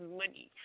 money